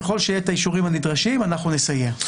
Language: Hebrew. ככל שיהיה את האישורים הנדרשים אנחנו נסייע.